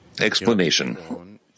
Explanation